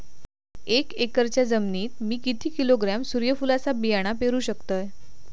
एक एकरच्या जमिनीत मी किती किलोग्रॅम सूर्यफुलचा बियाणा पेरु शकतय?